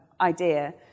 idea